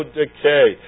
decay